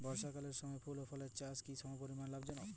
বর্ষাকালের সময় ফুল ও ফলের চাষও কি সমপরিমাণ লাভজনক?